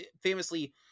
Famously